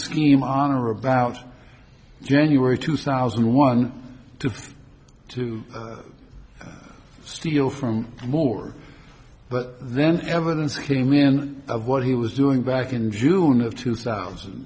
scheme honor about january two thousand and one to steal from more but then evidence came in of what he was doing back in june of two thousand